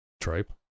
Tripe